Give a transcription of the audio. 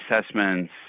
Assessments